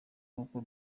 nuko